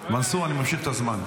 מנסור, אני ממשיך את הזמן.